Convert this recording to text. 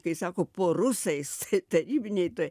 kai sako po rusais tarybinėj toj